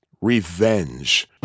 Revenge